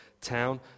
town